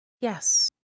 yes